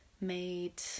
made